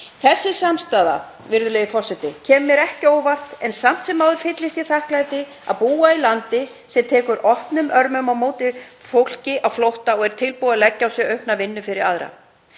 Þessi samstaða, virðulegi forseti, kemur mér ekki á óvart en samt sem áður fyllist ég þakklæti fyrir að búa í landi sem tekur opnum örmum á móti fólki á flótta og er tilbúið að leggja á sig aukna vinnu fyrir aðra.